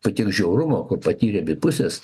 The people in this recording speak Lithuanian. po tiek žiaurumo kur patyrė abi pusės